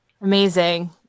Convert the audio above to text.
Amazing